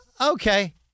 okay